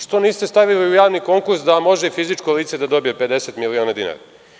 Što niste stavili u javni konkurs da može i fizičko lice da dobije 50 miliona dinara?